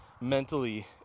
mentally